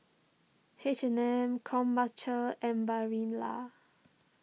H and M Krombacher and Barilla